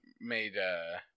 made